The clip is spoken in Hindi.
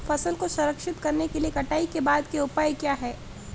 फसल को संरक्षित करने के लिए कटाई के बाद के उपाय क्या हैं?